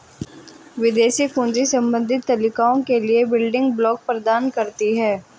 विदेशी कुंजियाँ संबंधित तालिकाओं के लिए बिल्डिंग ब्लॉक प्रदान करती हैं